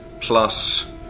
plus